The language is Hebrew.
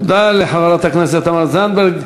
תודה לחברת הכנסת תמר זנדברג.